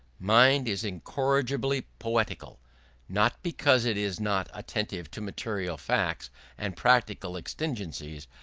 mind is incorrigibly poetical not because it is not attentive to material facts and practical exigencies,